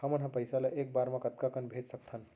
हमन ह पइसा ला एक बार मा कतका कन भेज सकथन?